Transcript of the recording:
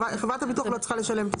חברת הביטוח לא צריכה לשלם את הסכום הזה.